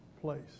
place